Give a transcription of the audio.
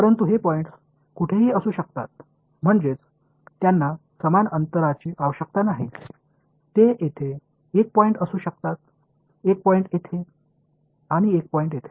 परंतु हे पॉईंट्स कुठेही असू शकतात म्हणजेच त्यांना समान अंतराची आवश्यकता नाही ते येथे एक पॉईंट असू शकतात एक पॉईंट येथे आणि एक पॉईंट येथे